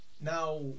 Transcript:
now